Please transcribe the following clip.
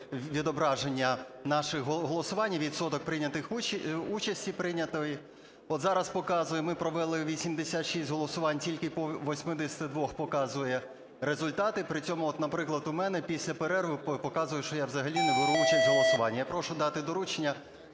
відображення наших голосувань і відсоток участі прийнятої, от зараз показує: ми провели 86 голосувань, тільки по 82-х показує результати. При цьому от, наприклад, у мене після перерви показує, що я взагалі не беру участь в голосуванні. Я прошу дати доручення